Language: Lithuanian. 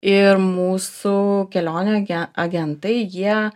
ir mūsų kelionių age agentai jie